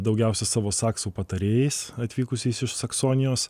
daugiausiai savo saksų patarėjais atvykusiais iš saksonijos